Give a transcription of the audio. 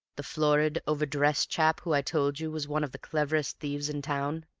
the florid, over-dressed chap who i told you was one of the cleverest thieves in town?